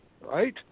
right